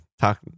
Talk